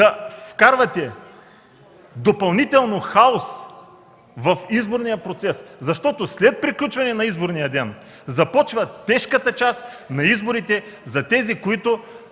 да вкарвате допълнително хаос в изборния процес, защото след приключване на изборния ден започва тежката част на изборите за участвалите